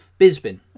Bisbin